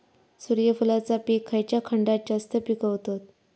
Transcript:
सूर्यफूलाचा पीक खयच्या खंडात जास्त पिकवतत?